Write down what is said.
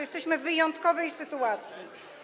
Jesteśmy w wyjątkowej sytuacji.